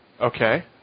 Okay